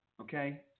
Okay